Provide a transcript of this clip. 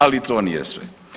Ali to nije sve.